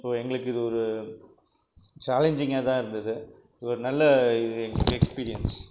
so எங்களுக்கு இது ஒரு சேலஞ்சிங்காக தான் இருந்தது இது ஒரு நல்ல எக்ஸ்பீரியன்ஸ்